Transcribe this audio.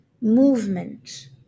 movement